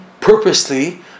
purposely